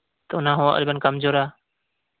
ᱛᱳ ᱚᱱᱟᱦᱚᱸ ᱟᱞᱚᱵᱮᱱ ᱠᱚᱢ ᱡᱳᱨᱼᱟ